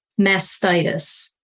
mastitis